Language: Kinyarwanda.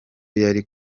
yari